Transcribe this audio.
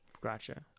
Gotcha